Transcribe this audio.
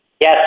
Yes